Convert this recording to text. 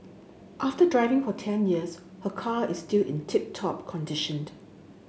after driving for ten years her car is still in tip top